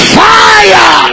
fire